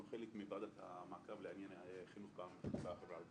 אנחנו חלק מוועדת המעקב לענייני החינוך בחברה הערבית.